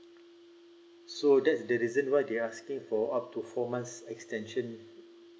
so that's the reason why they asking for up to four months extension